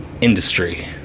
industry